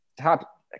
top